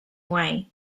way